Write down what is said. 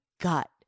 gut